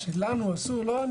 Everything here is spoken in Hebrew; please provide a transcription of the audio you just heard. בסוף,